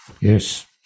Yes